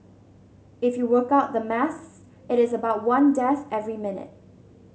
if you work out the maths it is about one death every minute